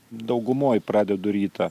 daugumoj pradedu rytą